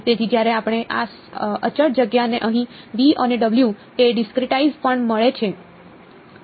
તેથી જ્યારે આપણે આ અચળ જગ્યાને અહીં અને તે discretize પણ મળે છે